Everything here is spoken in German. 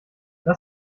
das